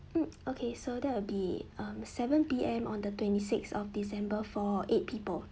hmm okay so that will um seven P_M on the twenty sixth of december for eight people